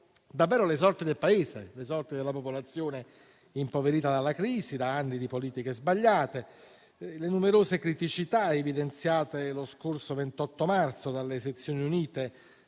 sono le sorti del Paese e della popolazione impoverita dalla crisi, da anni di politiche sbagliate. Le numerose criticità evidenziate lo scorso 28 marzo dalle sezioni unite